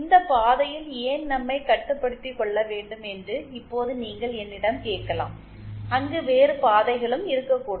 இந்த பாதையில் ஏன் நம்மை கட்டுப்படுத்திகொள்ள வேண்டும் என்று இப்போது நீங்கள் என்னிடம் கேட்கலாம் அங்கு வேறு பாதைகளும் இருக்கக்கூடும்